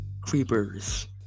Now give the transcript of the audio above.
Creepers